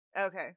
Okay